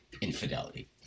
infidelity